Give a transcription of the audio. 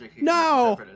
No